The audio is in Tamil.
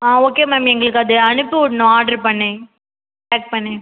ஆ ஓகே மேம் எங்களுக்கு அது அனுப்பி விடணும் ஆர்டர் பண்ணி பேக் பண்ணி